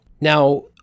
Now